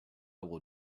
will